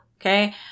Okay